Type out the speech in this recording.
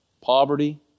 Poverty